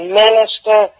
minister